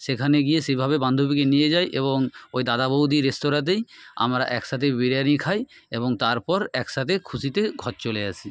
সেখানে গিয়ে সেভাবে বান্ধবীকে নিয়ে যাই এবং ওই দাদা বৌদি রেস্তরাঁতেই আমরা একসাথে বিরিয়ানি খাই এবং তারপর একসাথে খুশিতে ঘর চলে আসি